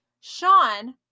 Sean